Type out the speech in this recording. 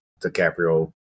DiCaprio